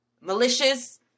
malicious